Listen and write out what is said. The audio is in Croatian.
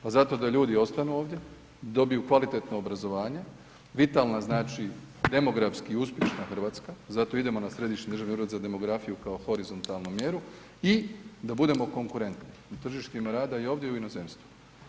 Pa zato da ljudi ostanu ovdje, dobiju kvalitetno obrazovanje, vitalna znači demografski uspješna Hrvatska, zato idemo na Središnji državni ured za demografiju kao horizontalnu mjeru i da budemo konkurentni na tržištima rada ovdje i u inozemstvu.